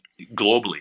globally